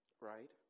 right